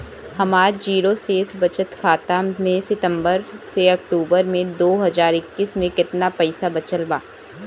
हमार जीरो शेष बचत खाता में सितंबर से अक्तूबर में दो हज़ार इक्कीस में केतना पइसा बचल बा?